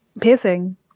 piercing